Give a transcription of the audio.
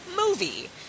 movie